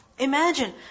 Imagine